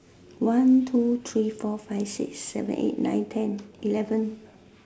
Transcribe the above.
one two three four five six seven eight nine ten eleven